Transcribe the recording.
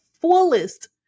fullest